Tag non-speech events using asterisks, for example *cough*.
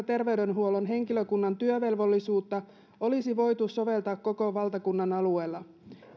*unintelligible* terveydenhuollon henkilökunnan työvelvollisuutta olisi voitu soveltaa koko valtakunnan alueella